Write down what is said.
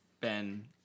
Ben